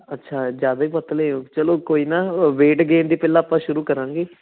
ਅੱਛਾ ਜ਼ਿਆਦਾ ਹੀ ਪਤਲੇ ਹੋ ਚਲੋ ਕੋਈ ਨਾ ਵੇਟ ਗ਼ੈਨ ਦੇ ਪਹਿਲਾਂ ਆਪਾਂ ਸ਼ੁਰੂ ਕਰਾਂਗੇ